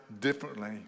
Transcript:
differently